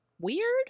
weird